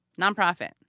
nonprofit